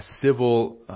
civil